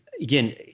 again